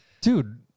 Dude